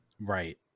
Right